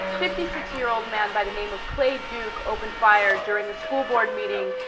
fifty six-year-old man by the name of clay duke opened fire during the school board meeting